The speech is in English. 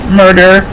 murder